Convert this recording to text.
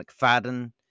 McFadden